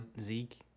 Zeke